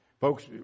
Folks